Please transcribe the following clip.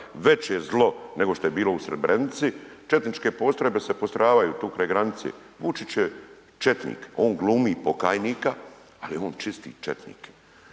veće zlo nego što je bilo u Srebrenici. Četničke postrojbe se postrojavaju tu kraj granice, Vučić je četnik. On glumi pokajnika, ali je on čisti četnik.